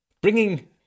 bringing